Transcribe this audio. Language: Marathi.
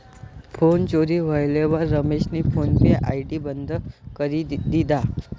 फोन चोरी व्हयेलवर रमेशनी फोन पे आय.डी बंद करी दिधा